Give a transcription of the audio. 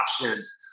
options